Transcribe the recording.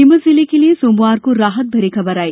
नीमच जिले के लिये सोमवार को राहत भरी खबर आई